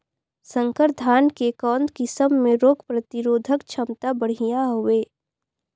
संकर धान के कौन किसम मे रोग प्रतिरोधक क्षमता बढ़िया हवे?